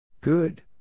Good